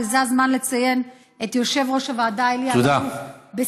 וזה הזמן לציין את יושב-ראש הוועדה אלי אלאלוף,